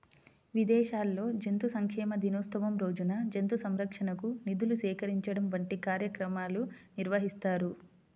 విదేశాల్లో జంతు సంక్షేమ దినోత్సవం రోజున జంతు సంరక్షణకు నిధులు సేకరించడం వంటి కార్యక్రమాలు నిర్వహిస్తారు